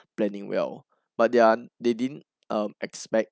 planning well but they're they didn't um expect